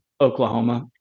Oklahoma